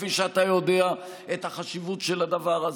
כפי שאתה יודע את החשיבות של הדבר הזה,